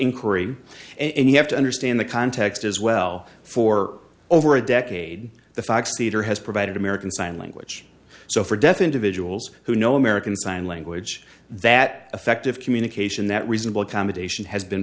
inquiry and you have to understand the context as well for over a decade the facts peter has provided american sign language so for deaf individuals who know american sign language that effective communication that reasonable accommodation has been